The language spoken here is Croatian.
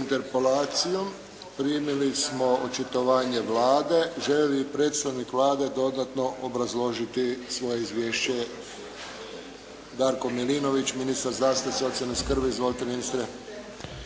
interpelacijom, primili smo očitovanje Vlade. Želi li predstavnik Vlade dodatno obrazložiti svoje izvješće? Darko Milinović, ministar zdravstva i socijalne skrbi. Izvolite ministre.